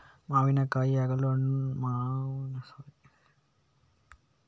ಮಾವಿನಕಾಯಿ ಹಣ್ಣು ಆಗಲು ಎಷ್ಟು ದಿನ ಬೇಕಗ್ತಾದೆ?